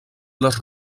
les